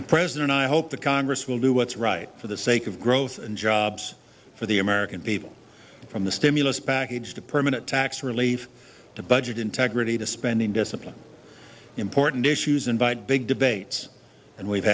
the president i hope the congress will do what's right for the sake of growth and jobs for the american people from the stimulus package to permanent tax relief to budget integrity to spending discipline important issues invite big debates and we've